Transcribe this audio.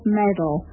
medal